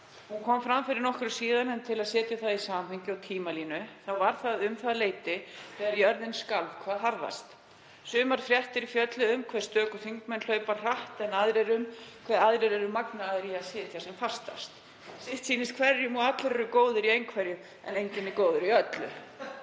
Hún kom fram fyrir nokkru síðan, en til að setja það í samhengi og tímalínu var það um það leyti þegar jörðin skalf hvað harðast. Sumar fréttir fjölluðu um hve stöku þingmenn hlaupa hratt en aðrar um hve aðrir eru magnaðir í að sitja sem fastast. Sitt sýnist hverjum og allir eru góðir í einhverju en enginn er góður í öllu.